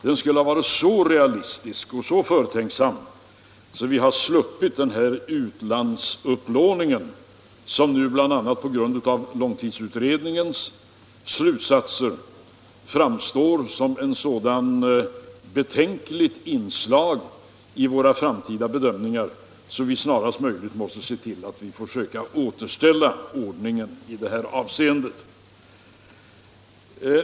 Den borde ha varit så realistisk och så förtänksam att vi hade sluppit utlandsupplåningen, som nu bl.a. på grund av långtidsutredningens slutsatser framstår som ett så betänkligt inslag i framtidsbedömningen att vi snarast möjligt måste se till att försöka återställa ordningen i det avseendet.